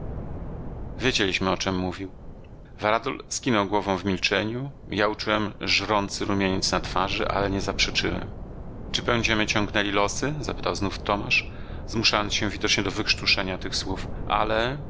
wiedzieliśmy o czem mówił varadol skinął głową w milczeniu ja uczułem żrący rumieniec na twarzy ale nie zaprzeczyłem czy będziemy ciągnęli losy zapytał znów tomasz zmuszając się widocznie do wykrztuszenia tych słów ale